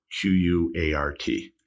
Q-U-A-R-T